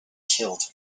killed